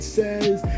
says